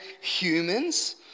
humans